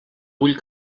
vull